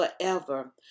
forever